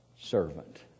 servant